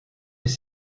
les